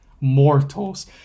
Mortals